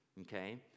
okay